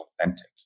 authentic